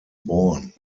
born